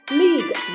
league